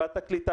בא תקליטן,